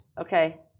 Okay